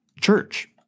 church